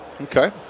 Okay